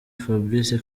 fabrice